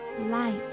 light